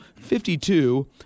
52